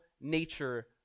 nature